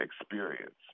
experience